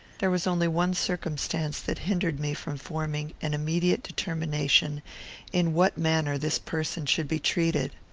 there was only one circumstance that hindered me from forming an immediate determination in what manner this person should be treated.